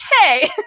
hey